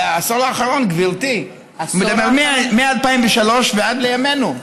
לעשור האחרון, גברתי, מ-2003 ועד לימינו.